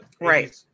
right